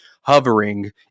hovering